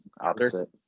opposite